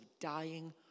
dying